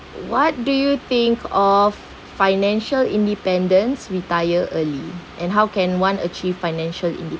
what do you think of financial independence retire early and how can one achieved financial